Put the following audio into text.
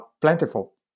plentiful